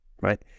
right